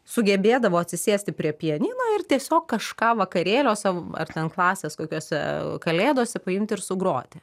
sugebėdavo atsisėsti prie pianino ir tiesiog kažką vakarėliuose ar ten klasės kokiose kalėdose paimti ir sugroti